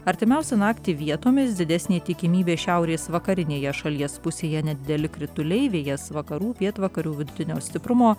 artimiausią naktį vietomis didesnė tikimybė šiaurės vakarinėje šalies pusėje nedideli krituliai vėjas vakarų pietvakarių vidutinio stiprumo